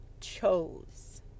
chose